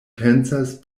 pensas